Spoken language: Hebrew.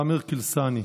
סמר כלאסני,